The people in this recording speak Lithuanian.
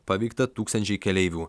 paveikta tūkstančiai keleivių